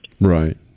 Right